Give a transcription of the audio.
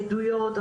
עדויות,